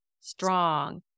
strong